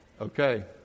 Okay